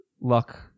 luck